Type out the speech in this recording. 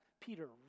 Peter